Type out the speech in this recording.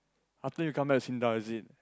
after you come back Sinda is it